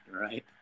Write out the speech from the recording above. right